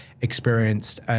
experienced